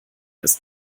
ist